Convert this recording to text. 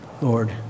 Lord